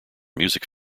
music